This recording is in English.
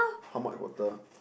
how much water